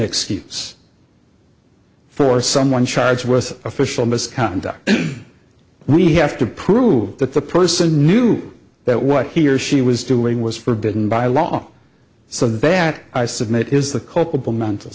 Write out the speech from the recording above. excuse for someone charged with official misconduct we have to prove that the person knew that what he or she was doing was forbidden by law so the bat i submit is the culpable mental